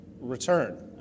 return